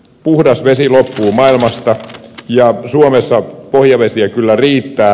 puhdas vesi loppuu maailmasta ja suomessa pohjavesiä kyllä riittää